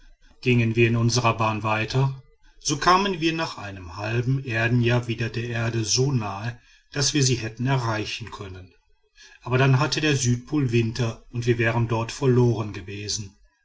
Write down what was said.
gingen wir in unsrer bahn weiter so kamen wir nach einem halben erdenjahr wieder der erde so nahe daß wir sie hätten erreichen können aber dann hatte der südpol winter und wir wären dort verloren gewesen